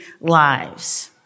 lives